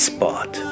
Spot